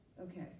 Okay